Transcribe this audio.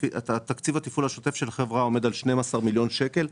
תקציב השוטף של החברה עומד על 12 מיליון שקלים,